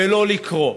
ולא לקרוא.